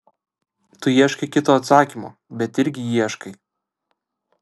tu ieškai kito atsakymo bet irgi ieškai